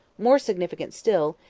more significant still,